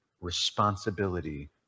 responsibility